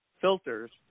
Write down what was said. filters